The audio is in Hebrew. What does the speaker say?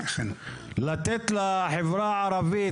לתת לחברה הערבית,